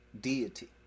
deity